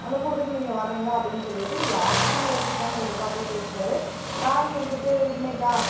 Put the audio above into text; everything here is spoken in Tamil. அந்த கூட்டத்துக்கு நீங்கள் வர்றிங்களா அப்படின்னு சொல்லிட்டு யாரைப் பற்றியும் யோசிக்காமல் இவர்பாட்டில் பேசுவார் காந்தி இருந்துகிட்டு இன்றைக்கா